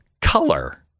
color